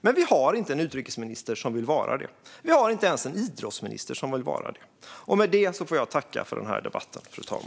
Men vi har inte en utrikesminister som vill vara det. Vi har inte ens en idrottsminister som vill vara det. Med det får jag tacka för den här debatten, fru talman.